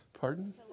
pardon